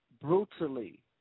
brutally